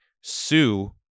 Sue